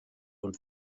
und